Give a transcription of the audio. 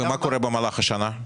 ומה קורה במהלך השנה?